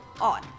on